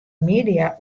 media